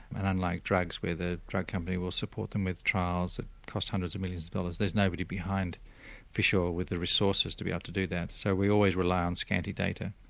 and unlike drugs where the drug company will support them with trials that cost hundreds of millions of dollars, there's nobody behind fish oil with the resources to be able to do that. so we always rely on scanty data.